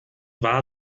war